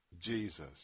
Jesus